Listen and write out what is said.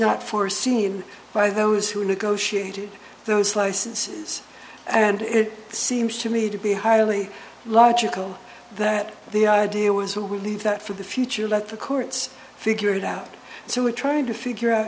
not foreseen by those who negotiated those licenses and it seems to me to be highly logical that the idea was to leave that for the future let the courts figure it out so we're trying to figure out